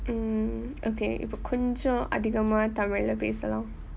mm okay இப்போ கொஞ்சம் அதிகமா தமிழில் பேசலாம்:ippo koncham athikamaa tamilil pesalaam